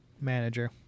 manager